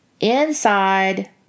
inside